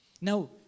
Now